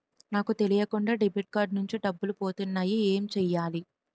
నాకు తెలియకుండా debit card నుంచి డబ్బులు పోతున్నాయి ఎం చెయ్యాలి?